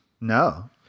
No